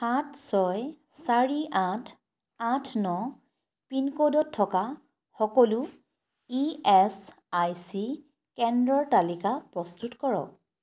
সাত ছয় চাৰি আঠ আঠ ন পিনক'ডত থকা সকলো ই এছ আই চি কেন্দ্ৰৰ তালিকা প্ৰস্তুত কৰক